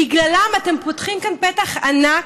בגללם אתם פותחים כאן פתח ענק,